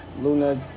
Luna